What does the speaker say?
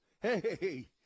Hey